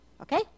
Okay